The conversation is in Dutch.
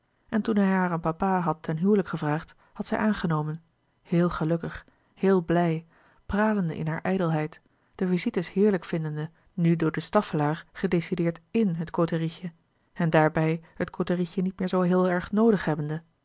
en toen hij haar aan papa had ten huwelijk gevraagd had zij aangenomen heel gelukkig heel blij pralende in hare ijdelheid de visites heerlijk vindende nu door de staffelaer gedecideerd in het côterietje en daarbij het côterietje niet meer zoo heel erg noodig hebbende